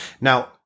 now